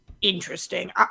interesting